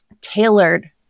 tailored